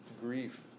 grief